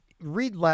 read